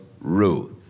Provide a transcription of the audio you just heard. Ruth